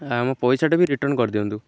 ଆମ ପଇସାଟା ବି ରିଟର୍ଣ୍ଣ କରିଦିଅନ୍ତୁ